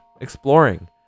exploring